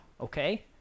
Okay